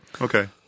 Okay